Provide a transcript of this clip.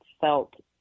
felt